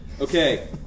Okay